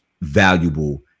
valuable